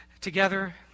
together